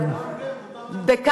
פעם ב-,